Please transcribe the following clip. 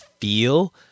feel